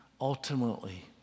ultimately